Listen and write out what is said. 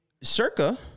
Circa